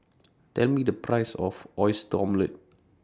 Tell Me The Price of Oyster Omelette